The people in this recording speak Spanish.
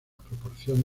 proporción